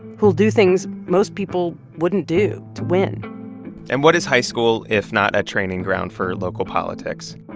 who'll do things most people wouldn't do to win and what is high school if not a training ground for local politics?